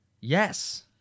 Yes